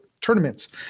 tournaments